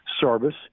service